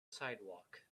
sidewalk